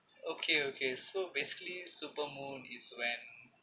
okay okay so basically super moon is when